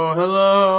hello